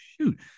shoot